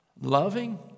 loving